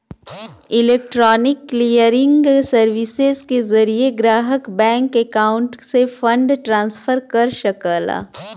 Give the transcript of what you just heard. electronic clearing services के जरिये ग्राहक बैंक अकाउंट से फंड ट्रांसफर कर सकला